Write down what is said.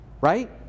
right